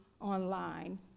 online